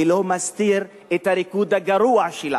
ולא מסתיר את הריקוד הגרוע שלה.